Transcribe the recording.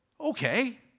okay